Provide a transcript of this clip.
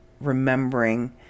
remembering